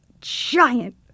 giant